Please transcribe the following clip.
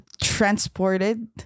transported